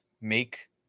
make